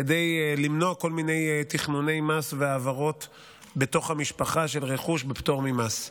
כדי למנוע כל מיני תכנוני מס והעברות בתוך המשפחה של רכוש בפטור ממס.